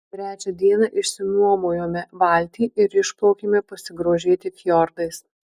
trečią dieną išsinuomojome valtį ir išplaukėme pasigrožėti fjordais